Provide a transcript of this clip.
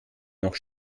noch